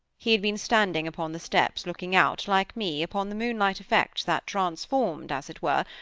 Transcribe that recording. he had been standing upon the steps, looking out, like me, upon the moonlight effects that transformed, as it were,